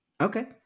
okay